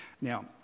Now